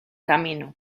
camino